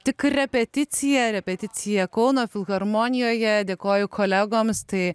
tik repeticija repeticija kauno filharmonijoje dėkoju kolegoms tai